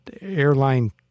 airline